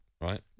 right